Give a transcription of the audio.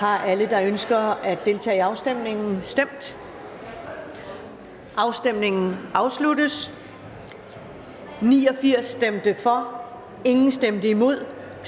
Har alle, der ønsker at deltage i afstemningen, stemt? Afstemningen afsluttes. (Afstemningen foregik